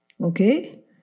Okay